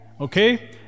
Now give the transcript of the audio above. Okay